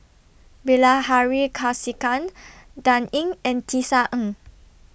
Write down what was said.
Bilahari Kausikan Dan Ying and Tisa Ng